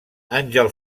àngel